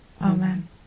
Amen